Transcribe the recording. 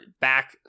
back